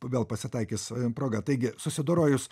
vėl pasitaikys proga taigi susidorojus